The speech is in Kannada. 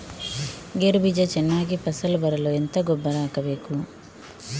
ಗೇರು ಬೀಜ ಚೆನ್ನಾಗಿ ಫಸಲು ಬರಲು ಎಂತ ಗೊಬ್ಬರ ಹಾಕಬೇಕು?